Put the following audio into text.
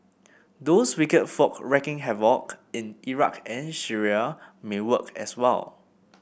those wicked folk wreaking havoc in Iraq and Syria may work as well